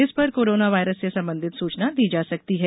इसपर corona virus से संबंधित सूचना दी जा सकती है